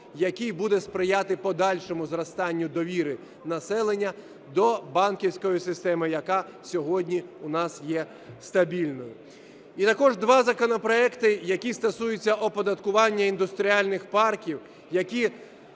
який буде сприяти подальшому зростанню довіри населення до банківської системи, яка сьогодні в нас є стабільною. І також два законопроекти, які стосуються оподаткування індустріальних парків, які